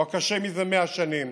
הוא הקשה מזה 100 שנים,